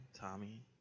Tommy